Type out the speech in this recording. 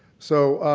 so,